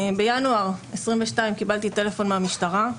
בינואר 2022 קיבלתי טלפון מהמשטרה.